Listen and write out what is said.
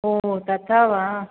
ओ तथा वा